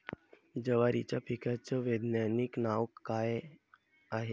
जवारीच्या पिकाचं वैधानिक नाव का हाये?